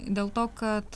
dėl to kad